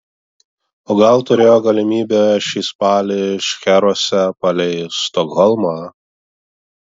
o gal turėjo galimybę šį spalį šcheruose palei stokholmą